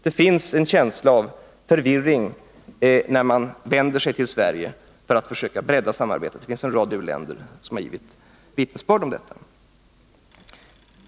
Det finns en känsla av förvirring när man vänder sig till Sverige för att försöka bredda samarbetet, och en rad u-länder har givit vittnesbörd om detta.